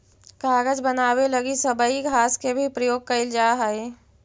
कागज बनावे लगी सबई घास के भी प्रयोग कईल जा हई